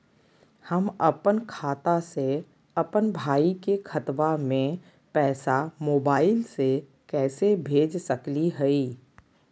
हम अपन खाता से अपन भाई के खतवा में पैसा मोबाईल से कैसे भेज सकली हई?